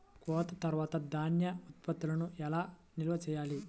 కోత తర్వాత ధాన్య ఉత్పత్తులను ఎలా నిల్వ చేయాలి?